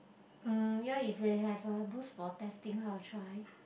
mm ya if they have a booth for testing I will try